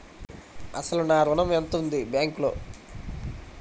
అసలు నా ఋణం ఎంతవుంది బ్యాంక్లో?